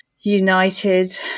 united